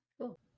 Cool